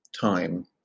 time